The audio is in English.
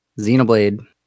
Xenoblade